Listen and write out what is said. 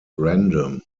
random